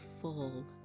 full